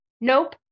Nope